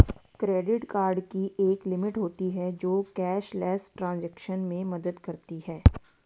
credit card की एक limit होती है जो कैशलेस ट्रांज़ैक्शन में मदद करती है